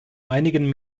einigen